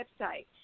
website